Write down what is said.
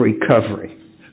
recovery